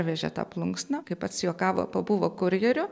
parvežė tą plunksną kaip pats juokavo pabuvo kurjeriu